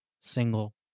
single